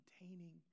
maintaining